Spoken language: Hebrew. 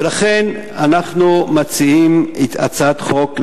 ולכן אנחנו מציעים הצעת חוק,